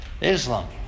Islam